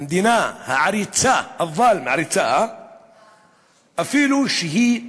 המדינה העריצה, אפילו שהיא מאמינה.